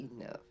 enough